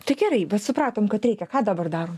tai gerai bet supratom kad reikia ką dabar darom